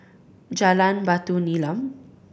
Jalan Batu Nilam